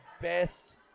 best